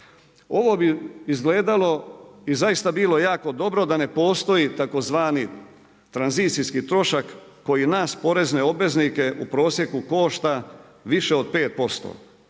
Ovo bi izgledalo i zaista bilo jako dobro da ne postoji tzv. tranzicijski trošak koji nas porezne obveznike u prosjeku košta više od 5%